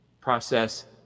process